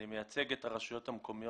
אני מייצג את הרשויות המקומיות